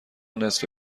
نصف